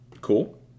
Cool